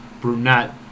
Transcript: brunette